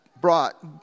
brought